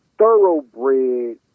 thoroughbred